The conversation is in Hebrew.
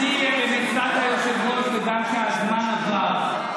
אני, מצוות היושב-ראש, בגלל שהזמן עבר,